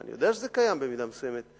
ואני יודע שזה קיים במידה מסוימת,